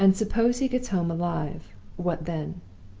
and suppose he gets home alive what then?